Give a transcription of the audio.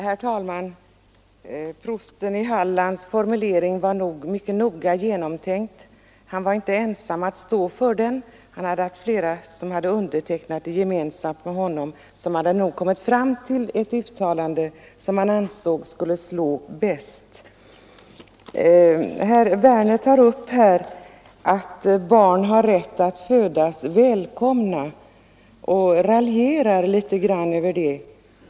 Herr talman! Den formulering som prosten i Halland använde var säkert mycket noga genomtänkt. Han var inte ensam om att stå för den. Flera andra hade undertecknat skrivelsen gemensamt med honom, och de hade nog kommit fram till det uttalande som de ansåg skulle slå bäst. Herr Werner i Malmö tog upp påståendet att barn har rätt att födas välkomna och raljerade litet över det.